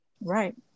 Right